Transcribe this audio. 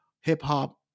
Hip-hop